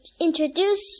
introduce